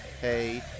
hey